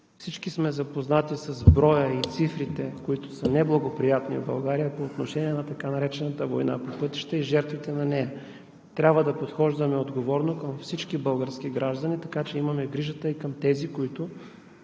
Всички сме запознати с броя и цифрите, които са неблагоприятни в България по отношение на така наречената война по пътищата и жертвите на нея. Трябва да подхождаме отговорно към всички български граждани, така че имаме грижата и към тези, които